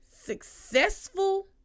successful